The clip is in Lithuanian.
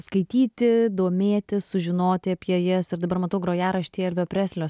skaityti domėtis sužinoti apie jas ir dabar matau grojaraštyje elvio preslio